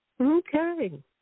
Okay